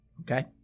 okay